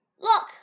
Look